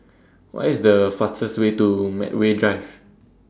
What IS The fastest Way to Medway Drive